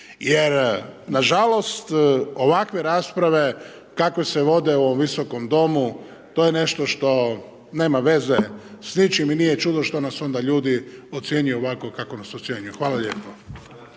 Jer na žalost ovakve rasprave kakve se vode u ovom Visokom domu to je nešto što nema veze s ničim i nije čudo što nas onda ljudi ocjenjuju ovako kako nas ocjenjuju. Hvala lijepa.